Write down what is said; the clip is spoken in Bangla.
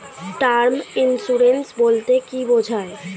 টার্ম ইন্সুরেন্স বলতে কী বোঝায়?